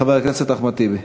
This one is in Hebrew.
את חבר הכנסת אחמד טיבי.